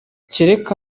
kereka